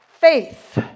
faith